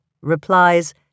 replies